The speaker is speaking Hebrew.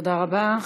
תודה רבה.